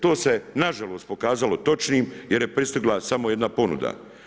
To se nažalost pokazalo točnim jer je pristigla samo jedna ponuda.